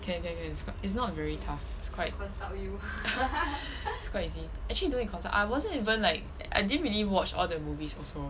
can can can it's quite it's not very tough it's quite it's quite easy actually don't need consult I wasn't even like I didn't really watch all the movies also